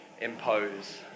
impose